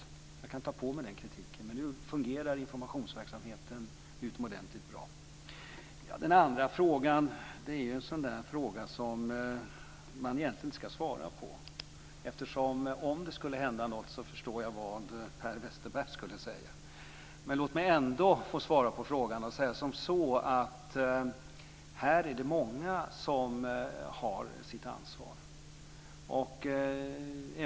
Jag kan ta på mig den kritiken. Men nu fungerar informationsverksamheten utomordentligt bra. Den sista frågan är ju en sådan fråga som man egentligen inte ska svara på. Om det skulle hända något förstår jag ju vad Per Westerberg skulle säga. Men låt mig ändå svara att här är det många som har ett ansvar.